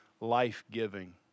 life-giving